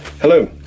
Hello